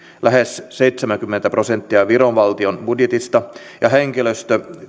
lähes seitsemänkymmentä prosenttia viron valtion budjetista ja henkilöstö